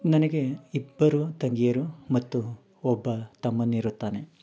ನನಗೆ ಇಬ್ಬರು ತಂಗಿಯರು ಮತ್ತು ಒಬ್ಬ ತಮ್ಮನಿರುತ್ತಾನೆ